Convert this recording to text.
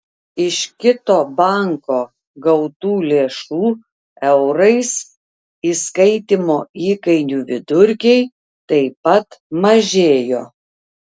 iš kito banko gautų lėšų eurais įskaitymo įkainių vidurkiai taip pat mažėjo